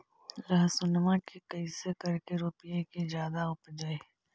लहसूनमा के कैसे करके रोपीय की जादा उपजई?